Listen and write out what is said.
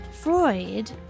Freud